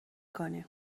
کنیم